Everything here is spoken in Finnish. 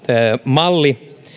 malli